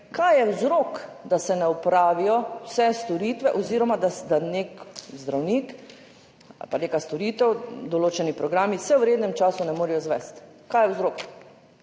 kaj je vzrok, da se ne opravijo vse storitve oziroma da nek zdravnik ali pa neka storitev, določeni programi, se v rednem času ne morejo izvesti? Kaj je vzrok?